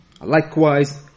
likewise